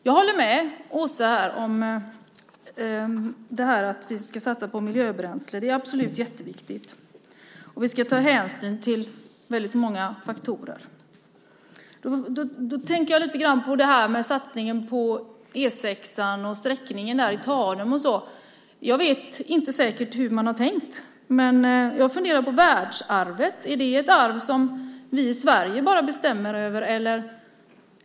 Jag håller med Åsa om att vi ska satsa på miljöbränsle. Det är jätteviktigt. Vi ska ta hänsyn till många faktorer. Jag tänker på satsningen på E 6 och sträckningen vid Tanum. Jag vet inte säkert hur man har tänkt, men jag funderar på världsarvet. Är det ett arv som bara vi i Sverige bestämmer över?